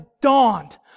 dawned